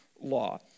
law